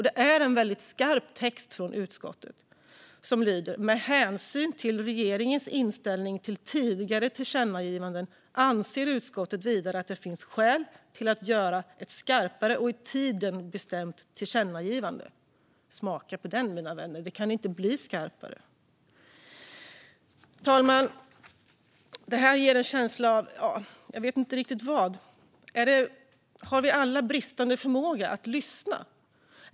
Det är en skarp text från utskottet: "Med hänsyn till regeringens inställning till tidigare tillkännagivanden anser utskottet vidare att det finns skäl att göra ett skarpare och i tiden bestämt tillkännagivande." Smaka på det, mina vänner. Det kan inte bli skarpare. Fru talman! Det här ger en känsla av, ja, jag vet inte vad. Har vi alla bristande förmåga att lyssna?